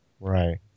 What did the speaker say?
Right